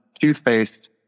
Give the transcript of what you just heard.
toothpaste